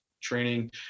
training